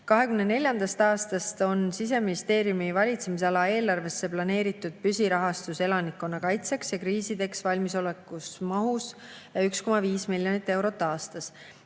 2024. aastast on Siseministeeriumi valitsemisala eelarvesse planeeritud püsirahastus elanikkonna kaitseks ja kriisideks valmisolekuks mahus 1,5 miljonit eurot aastas. Lisaks